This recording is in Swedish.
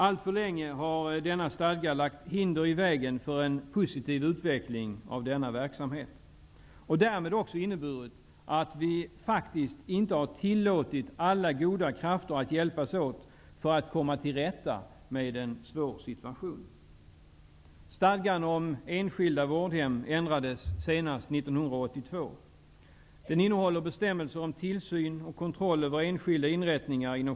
Alltför länge har denna stadga lagt hinder i vägen för en positiv utveckling av denna verksamhet och därmed inneburit att vi faktiskt inte har tillåtit alla goda krafter att hjälpas åt när det gäller att komma till rätta med en svår situation.